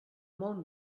molt